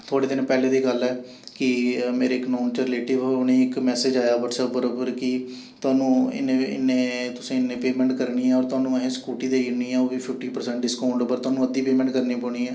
थोह्ड़े दिन पैह्लें दी गल्ल ऐ कि मेरे इक नोन च रिलेटिव उ'नें गी इक मैसज आया ब्हटसैप पर पर कि तोहानू इन्नै इन्नै तुसें इन्नै पेमैंट करनी ऐ होर तोहानू असें स्कूटी देई ओड़नी ऐ ओह् बी फिफ्टी परसैंट डिस्काउंट उप्पर तोहानूं अद्धी पेमैंट करनी पौनी ऐ